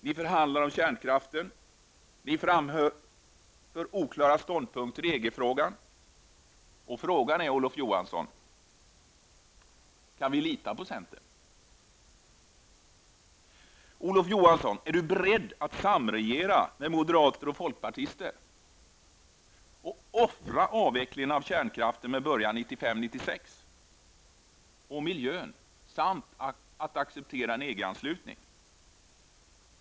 Ni förhandlar om kärnkraften och ni framför oklara ståndpunkter i EG-frågan. Kan vi Olof Johansson, lita på centern? Är Olof Johansson beredd att samregera med moderater och folkpartister och offra avvecklingen av kärnkraften med början 1995/96 och miljön samt acceptera en EG-anslutning?